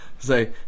say